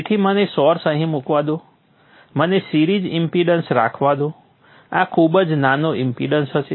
તેથી મને સોર્સ અહીં મૂકવા દો મને સિરીઝ ઇમ્પેડન્સ રાખવા દો આ ખૂબ જ નાનો ઇમ્પેડન્સ હશે